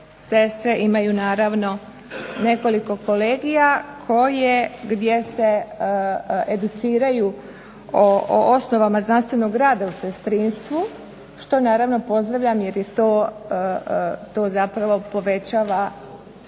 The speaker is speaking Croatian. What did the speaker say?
sestre imaju naravno nekoliko kolegija koje gdje se educiraju o osnovama znanstvenog rada u sestrinstvu, što naravno pozdravljam jer to povećava